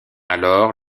alors